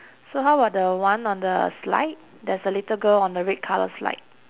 so how about the one on the slide there's a little girl on the red colour slide